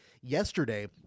yesterday